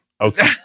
Okay